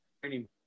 training